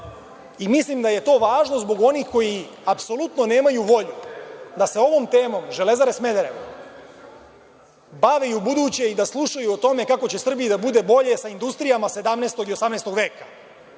i mislim da je to važno zbog onih koji apsolutno nemaju volju da se ovom temom „Železara Smederevo“ bave i ubuduće i da slušaju o tome kako će Srbiji da bude bolje sa industrijama 17. i 18. veka.